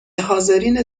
حاضرین